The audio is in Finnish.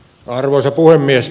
arvoisa puhemies